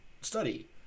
study